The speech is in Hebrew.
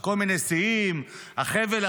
גם עכשיו.